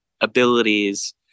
abilities